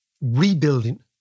rebuilding